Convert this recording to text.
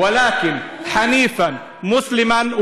כי אם חַנִיף ומִתמסר,